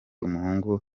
umuhungu